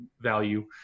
value